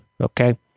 okay